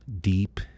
Deep